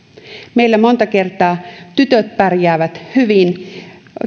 meillä monta kertaa tytöt pärjäävät hyvin